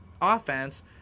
offense